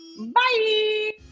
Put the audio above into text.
bye